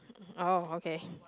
oh okay